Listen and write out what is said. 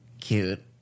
cute